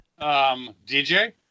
DJ